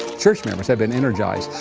church members have been energized,